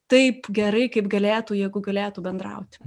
taip gerai kaip galėtų jeigu galėtų bendrauti